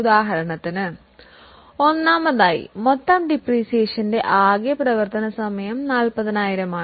ഉദാഹരണത്തിന് ഒന്നാമതായി ആകെ പ്രവർത്തന സമയം 40000 ആണെന്ന് നമ്മുക്ക് അറിയാം